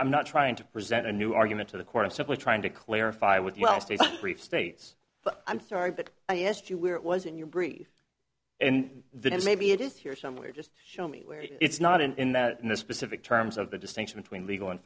i'm not trying to present a new argument to the court and simply trying to clarify with three states i'm sorry but i asked you where it was in your brief and then maybe it is here somewhere just show me where it's not in that in the specific terms of the distinction between legal and